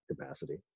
capacity